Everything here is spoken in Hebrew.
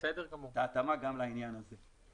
גם לעניין הזה.